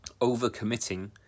overcommitting